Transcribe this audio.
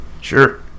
Sure